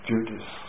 Judas